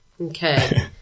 Okay